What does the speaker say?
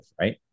right